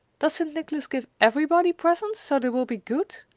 does st. nicholas give everybody presents so they will be good?